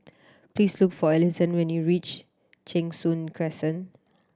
please look for Allyson when you reach Cheng Soon Crescent